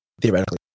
theoretically